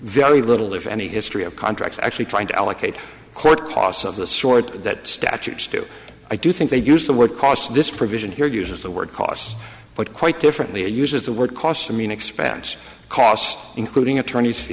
very little if any history of contracts actually trying to allocate court costs of the sort that statute i do think they use the word costs this provision here uses the word costs but quite differently uses the word cost to mean expense costs including attorneys